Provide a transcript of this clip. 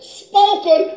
spoken